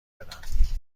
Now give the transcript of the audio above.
بدم